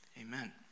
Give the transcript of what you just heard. Amen